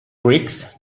greeks